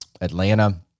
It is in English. Atlanta